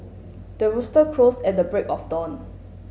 the rooster crows at the break of dawn